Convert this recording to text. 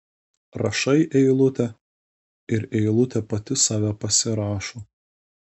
rašai eilutę ir eilutė pati save pasirašo